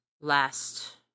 last